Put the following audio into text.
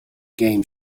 game